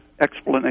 explanation